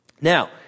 Now